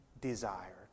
desired